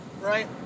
right